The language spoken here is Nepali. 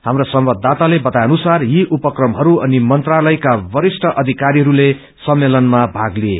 हाम्रा संवाददाताले बताए अनुसार यी उपक्रमहरू अनि मन्त्रालयका वरिष्ठ अधिकारीहरूले सम्मेलनमा भाग लिए